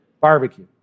Barbecue